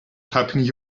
typing